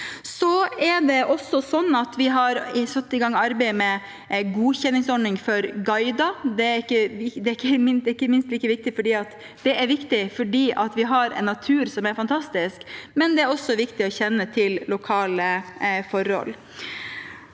Vi har også satt i gang arbeid med en godkjenningsordning for guider. Det er viktig fordi vi har en natur som er fantastisk, men det er også viktig å kjenne til lokale forhold.